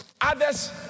Others